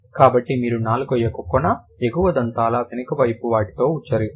కాబట్టి మీరు నాలుక యొక్క కొన ఎగువ ముందు దంతాల వెనుక వైపు వాటితో ఉచ్ఛరిస్తారు